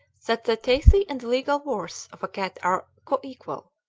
that the teithi and the legal worth of a cat are coequal.